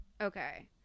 Okay